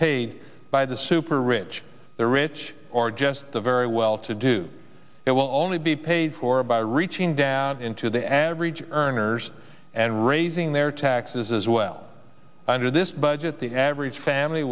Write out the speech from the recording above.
paid by the super rich the rich or just the very well to do it will only be paid for by reaching down into the average earners and raising their taxes as well under this budget the average family